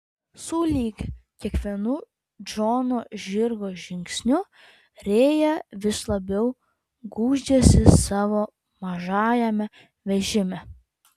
sulig kiekvienu džono žirgo žingsniu rėja vis labiau gūžėsi savo mažajame vežime